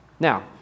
Now